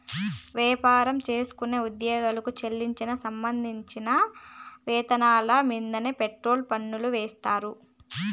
వ్యాపారం చేస్తున్న ఉద్యోగులకు చెల్లించే సంబంధిత వేతనాల మీన్దే ఫెర్రోల్ పన్నులు ఏస్తాండారు